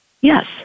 Yes